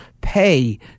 pay